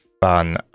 fun